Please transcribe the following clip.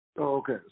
Okay